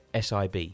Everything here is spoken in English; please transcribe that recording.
SIB